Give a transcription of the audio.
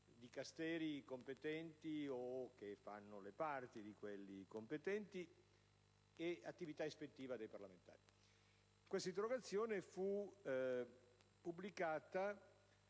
Dicasteri competenti (o che fanno le parti di quelli competenti ) e attività ispettiva dei parlamentari. L'interrogazione 3-01099 fu pubblicata